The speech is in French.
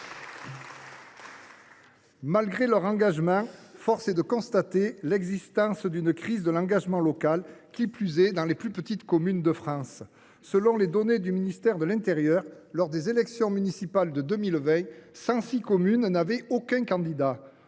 élus français. Mais force est de constater l’existence d’une crise de l’engagement local, notamment dans les plus petites communes de France. Selon les données du ministère de l’intérieur, lors des élections municipales de 2020, 106 communes n’avaient aucun candidat.